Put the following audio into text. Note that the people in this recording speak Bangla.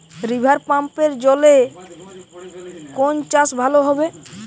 রিভারপাম্পের জলে কোন চাষ ভালো হবে?